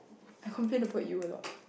I complain about you a lot